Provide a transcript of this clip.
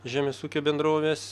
žemės ūkio bendrovės